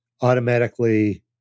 automatically